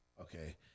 Okay